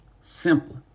Simple